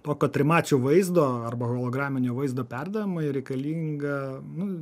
tuo kad trimačio vaizdo arba holograminio vaizdo perdavimui reikalinga nu